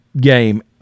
game